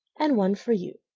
and one for you,